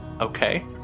okay